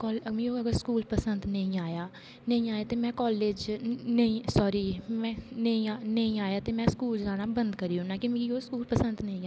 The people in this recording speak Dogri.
ओह् स्कूल पसंद नेई आया नेई आया ते में काॅलेज च नेई साॅरी नेई आया ते में स्कूल च जाना बंद करी ओड़ना ऐ क्योंकि मिगी ओह् स्कूल ड पसंद नेई ऐ